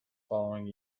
following